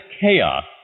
chaos